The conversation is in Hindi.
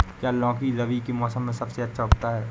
क्या लौकी रबी के मौसम में सबसे अच्छा उगता है?